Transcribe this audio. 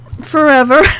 forever